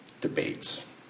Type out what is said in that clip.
debates